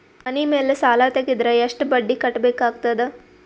ಮನಿ ಮೇಲ್ ಸಾಲ ತೆಗೆದರ ಎಷ್ಟ ಬಡ್ಡಿ ಕಟ್ಟಬೇಕಾಗತದ?